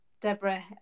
deborah